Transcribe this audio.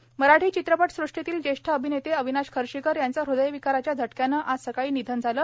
खर्शीकर निधन मराठी चित्रपटसृष्टीतील ज्येष्ठ अभिनेते अविनाश खर्शीकर याचं हृदयविकाराच्या झटक्यांनं आज सकाळी निधन झालं